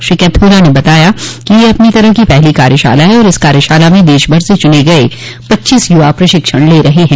श्री कैथोला ने बताया कि यह अपनी तरह की पहली कार्यशाला है और इस कार्यशाला में देशभर से चुने गये पच्चीस युवा प्रशिक्षण ले रहे हैं